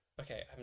Okay